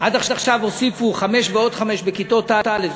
עד עכשיו הוסיפו חמש ועוד חמש בכיתות א'